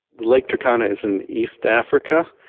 lake turkana is in east africa,